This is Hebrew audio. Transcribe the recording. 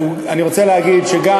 אני רוצה להגיד, אני